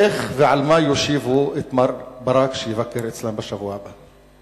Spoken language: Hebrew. איך ועל מה יושיבו את מר ברק שיבקר אצלם בשבוע הבא?